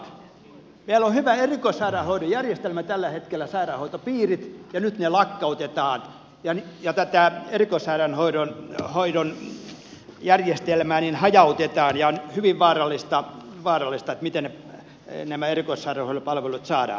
meillä on hyvä erikoissairaanhoidon järjestelmä tällä hetkellä sairaanhoitopiirit ja nyt ne lakkautetaan ja tätä erikoissairaanhoidon järjestelmää hajautetaan ja on hyvin vaarallista miten nämä erikoissairaanhoidon palvelut saadaan